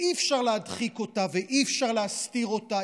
ואי-אפשר להדחיק אותה ואי-אפשר להסתיר אותה,